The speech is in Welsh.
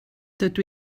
dydw